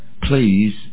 Please